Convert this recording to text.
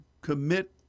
commit